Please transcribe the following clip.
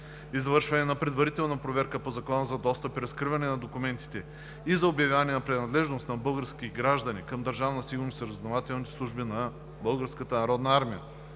Извършване на предварителна проверка по Закона за достъп и разкриване на документите и за обявяване на принадлежност на български граждани към Държавна сигурност и разузнавателните служби на